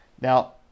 Now